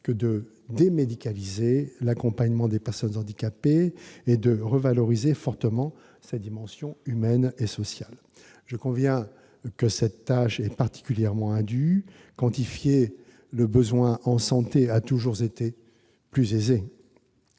que de démédicaliser l'accompagnement des personnes handicapées et de revaloriser fortement sa dimension humaine et sociale. Je conviens que cette tâche est particulièrement ardue. Quantifier les besoins en santé a toujours été plus aisé